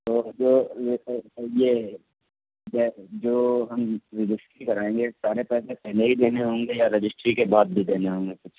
تو جو یہ سر سر یہ جو ہم رجسٹری کرائیں گے سارے پیسے پہلے ہی دینے ہوں گے یا رجسٹری کے بعد بھی دینے ہوں گے کچھ